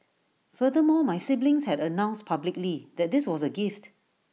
furthermore my siblings had announced publicly that this was A gift